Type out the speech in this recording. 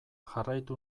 jarraitu